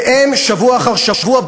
והם שבוע אחר שבוע,